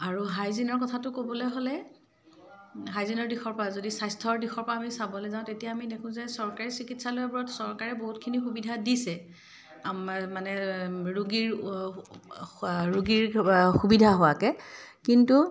আৰু হাইজিনৰ কথাটো ক'বলৈ হ'লে হাইজিনৰ দিশৰ পৰা যদি স্বাস্থ্যৰ দিশৰ পৰা আমি চাবলৈ যাওঁ তেতিয়া আমি দেখোঁ যে চৰকাৰী চিকিৎসালয়বোৰত চৰকাৰে বহুতখিনি সুবিধা দিছে মানে ৰোগীৰ ৰোগীৰ সুবিধা হোৱাকৈ কিন্তু